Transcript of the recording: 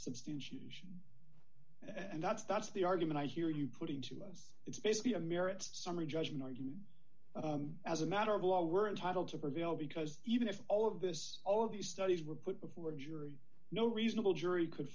substantiation and that's that's the argument i hear you putting to us it's basically a merit summary judgment argument as a matter of law we're entitled to prevail because even if all of this all of these studies were put before a jury no reasonable jury could